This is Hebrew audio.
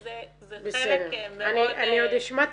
זה חלק מאוד משמעותי